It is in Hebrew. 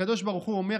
הקדוש ברוך הוא אומר,